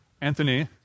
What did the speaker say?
Anthony